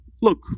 look